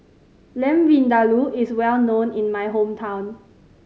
Lamb Vindaloo is well known in my hometown